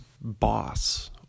Boss